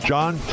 John